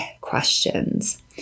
questions